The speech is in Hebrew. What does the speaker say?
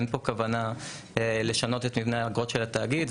אין פה כוונה לשנות את מבנה האגרות של התאגיד.